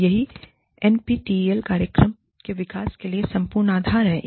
यही एनपीटीईएल कार्यक्रमों के विकास के लिए संपूर्ण आधार है